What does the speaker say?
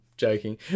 Joking